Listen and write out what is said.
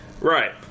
Right